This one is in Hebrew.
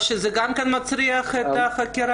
זה גם מצריך לחקירה?